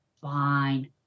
Fine